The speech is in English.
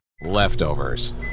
Leftovers